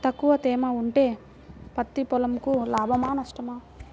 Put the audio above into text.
తక్కువ తేమ ఉంటే పత్తి పొలంకు లాభమా? నష్టమా?